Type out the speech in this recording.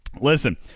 listen